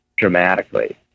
Dramatically